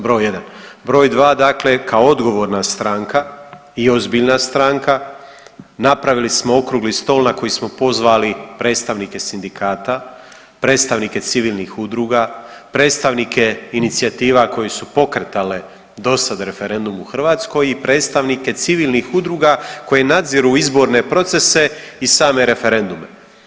Broj 2. Broj 2, dakle kao odgovorna stranka i ozbiljna stranka napravili smo okrugli stol na koje smo pozvali predstavnike sindikata, predstavnike civilnih udruga, predstavnike inicijativa koje su pokretale dosad referendum u Hrvatskoj i predstavnike civilnih udruga koje nadziru izborne procese i same referendume.